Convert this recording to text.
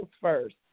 first